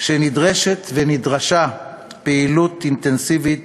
שנדרשת ונדרשה פעילות אינטנסיבית